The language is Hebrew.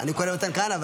אני קורא מתן כהנא.